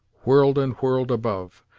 whirled and whirled above,